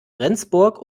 rendsburg